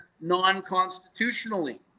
non-constitutionally